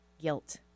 guilt